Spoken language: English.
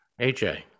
aj